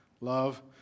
Love